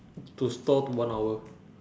to stall to one hour